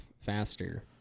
faster